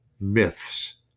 myths